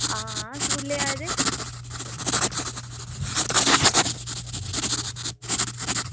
आं स्कूलै गी आए दे